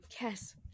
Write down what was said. Yes